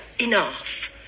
enough